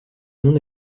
non